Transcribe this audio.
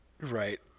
Right